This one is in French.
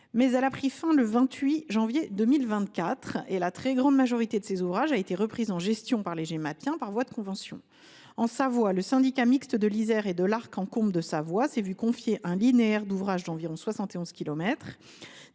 période a pris fin le 28 janvier 2024. La très grande majorité de ces ouvrages a été reprise en gestion par les Gemapiens, par voie de convention. En Savoie, le syndicat mixte de l’Isère et de l’Arc en Combe de Savoie s’est vu confier un linéaire d’ouvrages d’environ